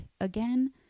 again